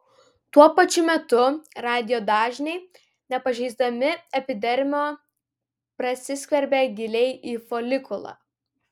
tuo pačiu metu radijo dažniai nepažeisdami epidermio prasiskverbia giliai į folikulą